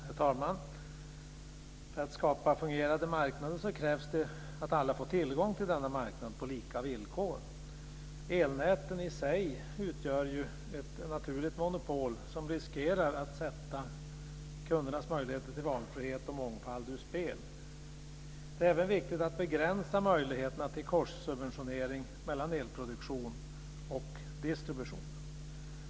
Herr talman! För att skapa fungerande marknader krävs det att alla får tillgång till denna marknad på lika villkor. Elnäten i sig utgör ett naturligt monopol som riskerar att sätta kundernas möjlighet till valfrihet och mångfald ur spel. Det är även viktigt att begränsa möjligheten till korssubventionering mellan elproduktion och distribution.